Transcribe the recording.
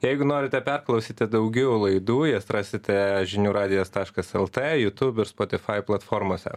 jeigu norite perklausyti daugiau laidų jas rasite žinių radijas taškas lt jutūb ir spotifai platformose